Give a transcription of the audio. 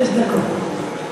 שש דקות.